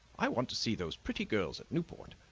i want to see those pretty girls at newport.